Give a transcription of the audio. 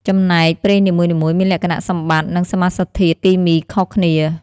ចំណែក ប្រេងនីមួយៗមានលក្ខណៈសម្បត្តិ និងសមាសធាតុគីមីខុសគ្នា។